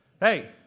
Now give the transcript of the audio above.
Hey